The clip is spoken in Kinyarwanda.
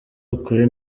ukuri